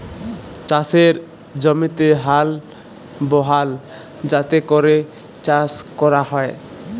চাষের জমিতে হাল বহাল যাতে ক্যরে চাষ ক্যরা হ্যয়